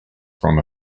from